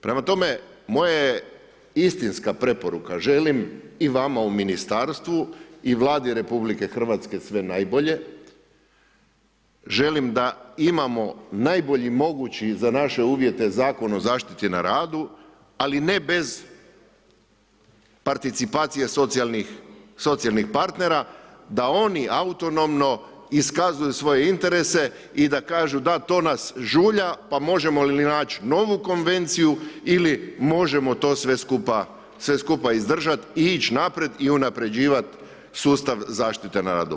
Prema tome moja je istinska preporuka, želim i vama u ministarstvu i Vladi RH sve najbolje, želim da imamo najbolji mogući za naše uvjete Zakon o zaštiti na radu, ali ne bez participacije socijalnih partnera da oni autonomno iskazuju svoje interese i da kažu da, to nas žulja pa možemo li naći novu konvenciju ili možemo to sve skupa izdržat i ić naprijed i unapređivat sustav zaštite na radu.